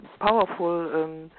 powerful